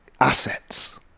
assets